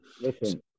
Listen